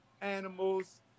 animals